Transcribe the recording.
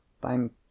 Thank